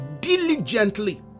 diligently